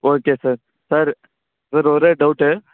okay sir sir sir ஒரே ஒரு doubt